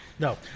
No